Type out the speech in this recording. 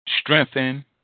strengthen